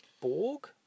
Borg